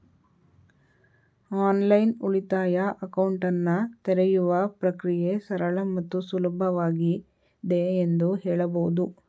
online ಉಳಿತಾಯ ಅಕೌಂಟನ್ನ ತೆರೆಯುವ ಪ್ರಕ್ರಿಯೆ ಸರಳ ಮತ್ತು ಸುಲಭವಾಗಿದೆ ಎಂದು ಹೇಳಬಹುದು